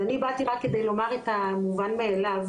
אז אני באתי רק כדי לומר את המובן מאליו,